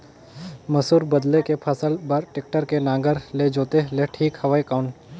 मसूर बदले के फसल बार टेक्टर के नागर ले जोते ले ठीक हवय कौन?